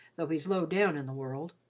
though he's low down in the world.